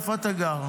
איפה אתה גר?